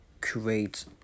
create